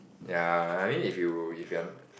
ya I mean if you if you want